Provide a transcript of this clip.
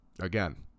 again